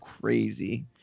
crazy